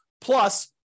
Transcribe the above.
plus